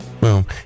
Boom